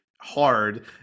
hard